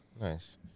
Nice